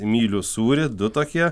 mylių sūrį du tokie